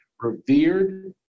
revered